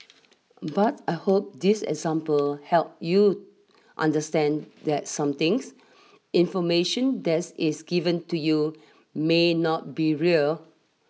but I hope this example help you understand that somethings information desk is given to you may not be real